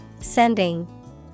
Sending